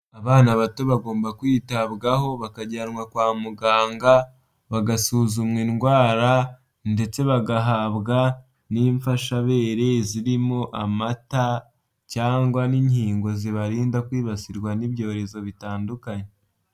Abana bato bagomba kwitabwaho bakajyanwa kwa muganga, bagasuzumwa indwara ndetse bagahabwa n'imfashabere zirimo amata, cyangwa n'inkingo zibarinda kwibasirwa n'ibyorezo bitandukanye.